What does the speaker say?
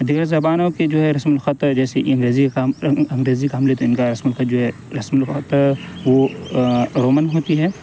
دیگر زبانوں کی جو ہے رسم الخط جیسے انریزی انگریزی کا ہم لیتے ہیں ان کا رسم الخط جو ہے رسم الخط وہ رومن ہوتی ہے